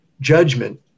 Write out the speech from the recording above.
judgment